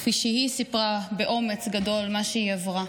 כפי שהיא סיפרה באומץ גדול מה שהיא עברה.